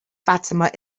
fatima